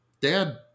dad